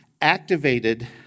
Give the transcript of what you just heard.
activated